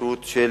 פשוט של